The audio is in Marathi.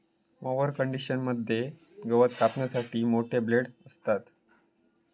मॉवर कंडिशनर मध्ये गवत कापण्यासाठी मोठे ब्लेड असतत